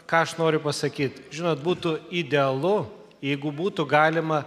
ką aš noriu pasakyt žinot būtų idealu jeigu būtų galima